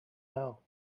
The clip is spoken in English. now